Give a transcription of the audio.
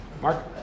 Mark